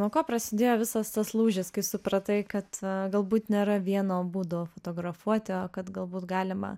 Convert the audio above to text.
nuo ko prasidėjo visas tas lūžis kai supratai kad galbūt nėra vieno būdo fotografuoti o kad galbūt galima